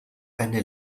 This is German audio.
eine